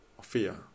fear